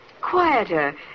Quieter